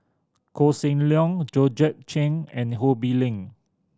Koh Seng Leong Georgette Chen and Ho Bee Ling